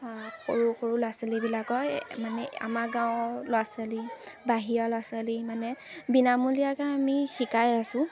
সৰু সৰু ল'ৰা ছোৱালীবিলাকৰ মানে আমাৰ গাঁৱৰ ল'ৰা ছোৱালী বাহিৰৰ ল'ৰা ছোৱালী মানে বিনামূলীয়াকৈ আমি শিকাই আছোঁ